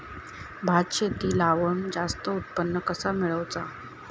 भात शेती लावण जास्त उत्पन्न कसा मेळवचा?